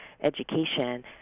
education